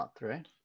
right